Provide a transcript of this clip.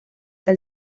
que